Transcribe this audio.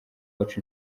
wacu